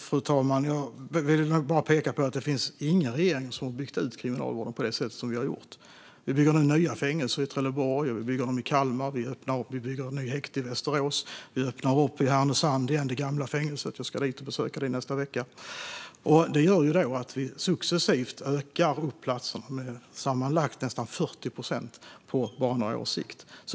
Fru talman! Jag vill peka på att det inte finns någon regering som har byggt ut kriminalvården på det sätt som vi har gjort. Vi bygger nu nya fängelser i Trelleborg och Kalmar, och vi bygger nytt häkte i Västerås. Vi öppnar upp det gamla fängelset i Härnösand igen - jag ska besöka det i nästa vecka. Det gör att vi successivt ökar platserna med sammanlagt nästan 40 procent på bara några års sikt.